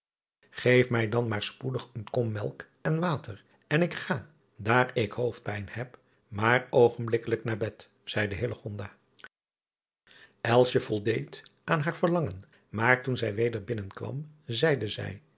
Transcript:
eef mij dan maar spoedig een kom melk en water en ik ga daar ik hoofdpijn heb maar oogenblikkelijk naar bed zeide voldeed aan haar verlangen maar toen zij weder binnenkwam zeide zij